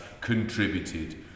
contributed